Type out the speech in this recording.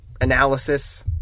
analysis